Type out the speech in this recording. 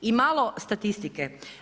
I malo statistike.